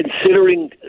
considering